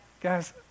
Guys